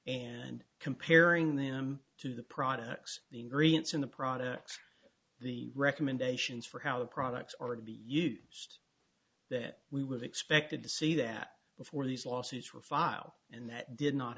and comparing them to the products the ingredients in the products the recommendations for how the products are to be used that we would expected to see that before these lawsuits were filed and that did not